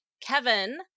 kevin